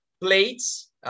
plates